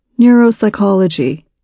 neuropsychology